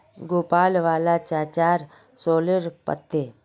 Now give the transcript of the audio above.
भोपाल वाला चाचार सॉरेल पत्ते